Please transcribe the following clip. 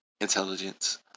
Intelligence